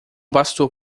pastor